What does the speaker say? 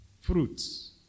Fruits